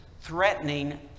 threatening